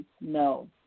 no